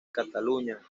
cataluña